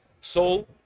soul